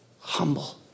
Humble